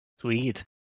Sweet